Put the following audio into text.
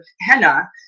henna